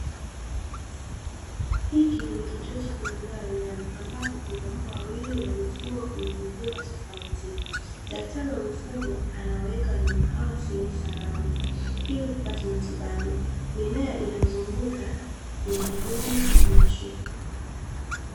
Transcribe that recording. Hiki ni kituo cha kulelea wanyama, ambapo kuna mbwa wawili waliofungwa kwenye vizimba tofauti. Daktari wa mifugo anawaweka wanyama hawa sehemu salama ili kupata matibabu, mimea inayozunguka ni ya kijani kibichi.